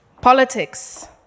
Politics